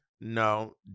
No